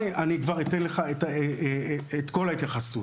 אני אתן לך את כל ההתייחסות.